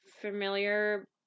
familiar